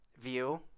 view